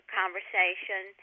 conversation